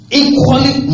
equally